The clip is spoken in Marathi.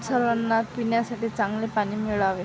सर्वांना पिण्यासाठी चांगले पाणी मिळावे